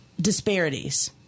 disparities